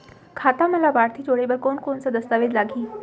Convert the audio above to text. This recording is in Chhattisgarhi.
खाता म लाभार्थी जोड़े बर कोन कोन स दस्तावेज लागही?